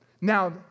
Now